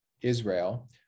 Israel